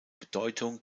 bedeutung